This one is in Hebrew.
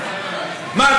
מה,